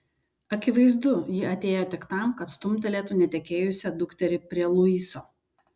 akivaizdu ji atėjo tik tam kad stumtelėtų netekėjusią dukterį prie luiso